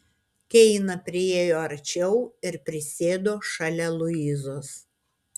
keina priėjo arčiau ir prisėdo šalia luizos